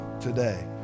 today